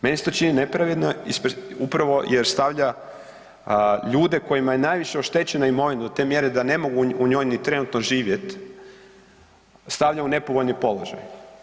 Meni se to čini nepravedno upravo jer stavlja ljude kojima je najviše oštećena imovina, do te mjere da ne mogu u njoj ni trenutno živjeti, stavlja u nepovoljni položaj.